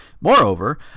Moreover